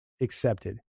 accepted